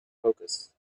focus